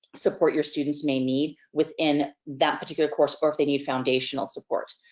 support your students may need within that particular course, or if they need foundational support.